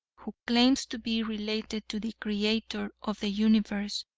who claims to be related to the creator of the universe,